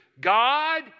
God